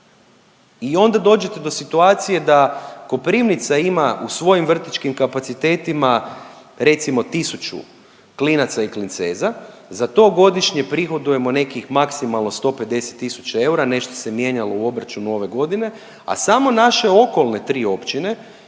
I onda dođete do situacije da Koprivnica ima u svojim vrtićkim kapacitetima recimo 1000 klinaca i klinceza. Za to godišnje prihodujemo nekih maksimalno 150 000 eura. Nešto se mijenjalo u obračunu ove godine, a samo naše okolne tri općine